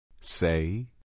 Say